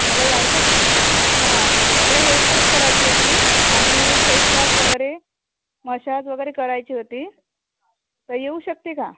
मला यायचं होतं हां मला हेअर स्टाईल करायची होती आणि फेश वॉश वगैरे मशाज वगैरे करायची होती तर येऊ शकते का